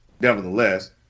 nevertheless